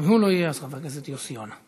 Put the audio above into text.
אם הוא לא יהיה, אז חבר הכנסת יוסי יונה.